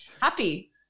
happy